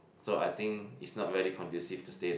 so I think is not very conducive to stay there